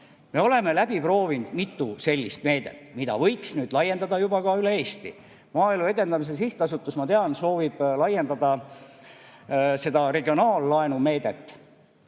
oleme läbi proovinud mitu sellist meedet, mida võiks nüüd laiendada juba üle Eesti. Maaelu Edendamise Sihtasutus, ma tean, soovib laiendada regionaallaenu meedet